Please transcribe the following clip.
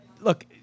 Look